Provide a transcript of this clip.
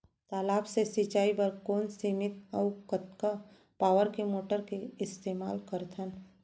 तालाब से सिंचाई बर कोन सीमित अऊ कतका पावर के मोटर के इस्तेमाल करथन?